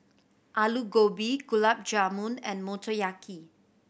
Alu Gobi Gulab Jamun and Motoyaki